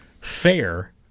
fair